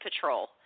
Patrol